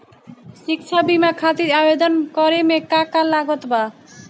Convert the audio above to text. शिक्षा बीमा खातिर आवेदन करे म का का लागत बा?